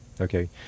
okay